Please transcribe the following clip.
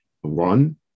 one